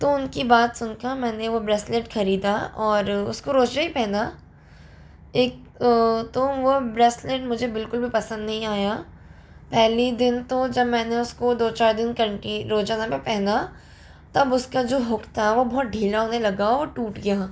तो उनकी बात सुनकर मैंने वो ब्रेसलेट खरीदा और उसको रोज नहीं पहना एक तो वह ब्रेसलेट मुझे बिल्कुल भी पसंद नहीं आया पहले ही दिन तो जब मैंने उसको दो चार दिन रोजाना मैं पहना तब उसका जो हुक था बहुत ढीला होने लगा और टूट गया